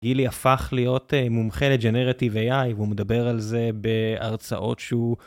גילי הפך להיות מומחה לג'נרטיב AI, והוא מדבר על זה בהרצאות שהוא...